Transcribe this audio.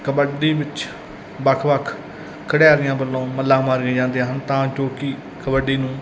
ਕਬੱਡੀ ਵਿੱਚ ਵੱਖ ਵੱਖ ਖਿਡਾਰੀਆਂ ਵੱਲੋਂ ਮੱਲਾਂ ਮਾਰੀਆਂ ਜਾਂਦੀਆਂ ਹਨ ਤਾਂ ਜੋ ਕਿ ਕਬੱਡੀ ਨੂੰ